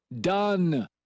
Done